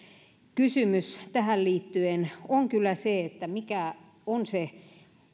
kysymys tähän liittyen on kyllä se mikä on